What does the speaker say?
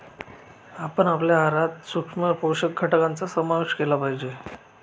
आपण आपल्या आहारात सूक्ष्म पोषक घटकांचा समावेश केला पाहिजे